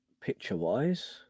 picture-wise